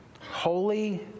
holy